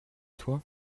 toi